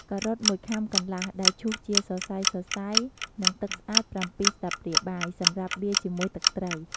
ការ៉ុត ១ខាំកន្លះ ដែលឈូសជាសរសៃៗ និងទឹកស្អាត ៧ ស្លាបព្រាបាយ សម្រាប់លាយជាមួយទឹកត្រី។